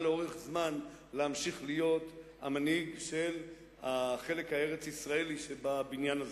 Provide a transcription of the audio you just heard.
לאורך זמן להמשיך להיות המנהיג של החלק הארץ-ישראלי שבבניין הזה.